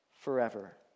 forever